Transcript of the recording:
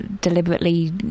deliberately